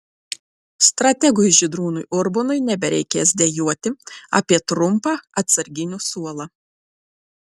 strategui žydrūnui urbonui nebereikės dejuoti apie trumpą atsarginių suolą